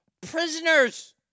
prisoners